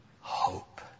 hope